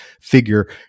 figure